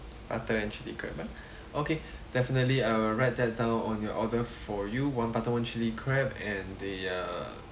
butter and chili crab ah okay definitely I'll write that down on your order for you one butter one chili crab and the uh